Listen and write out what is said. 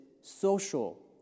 social